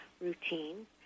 routine